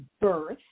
birth